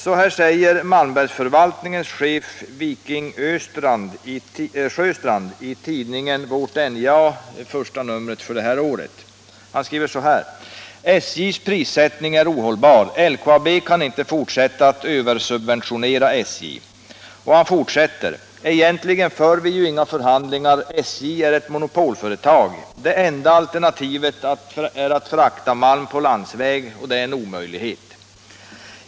Förvaltningschefen i Malmberget, Wiking Sjöstrand, sade i tidningen Vårt NJA nr 1 för detta år att SJ:s prissättning är ohållbar och att LKAB inte kan fortsätta att översubventionera SJ. Han sade också att man egentligen inte för några förhandlingar, eftersom SJ ju är ett monopolföretag. Det enda alternativet man har är att frakta malm per landsväg, och detta är en omöjlighet.